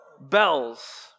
Bells